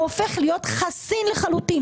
הופך להיות חסין לחלוטין,